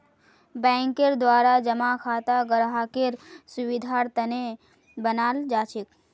बैंकेर द्वारा जमा खाता ग्राहकेर सुविधार तने बनाल जाछेक